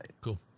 Cool